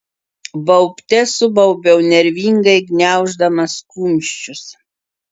baubte subaubiau nervingai gniauždamas kumščius